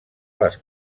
les